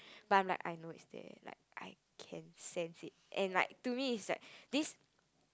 but I'm like I know is they like I can sense it and like to me is like this